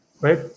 right